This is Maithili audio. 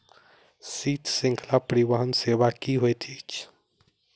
शीत श्रृंखला परिवहन सेवा की होइत अछि?